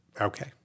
Okay